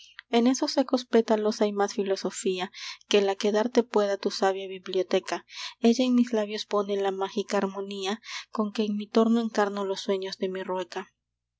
en esos secos pétalos hay más filosofía que la que darte pueda tu sabia biblioteca ella en mis labios pone la mágica armonía con que en mi torno encarno los sueños de mi rueca